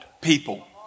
people